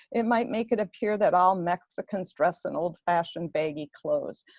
it might make it appear that all mexicans dress in old-fashioned baggy clothes.